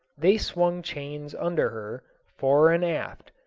they swung chains under her, fore and aft,